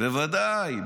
בוודאי.